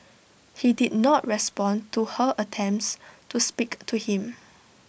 he did not respond to her attempts to speak to him